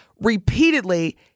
repeatedly